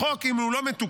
החוק, אם הוא לא מתוקן,